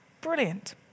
Brilliant